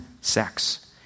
sex